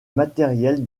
matériels